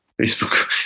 Facebook